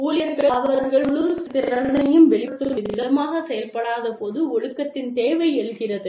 ஊழியர்கள் அவர்கள் முழு செயல்திறனையும் வெளிப்படுத்தும் விதமாகச் செயல்படாதபோது ஒழுக்கத்தின் தேவை எழுகிறது